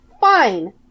Fine